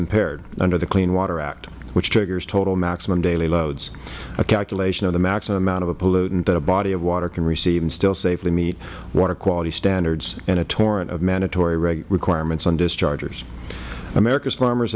impaired under the clean water act which triggers total maximum daily loads a calculation of the maximum amount of a pollutant that a body of water can receive and still safely meet water quality standards and a torrent of mandatory requirements on dischargers americas farmers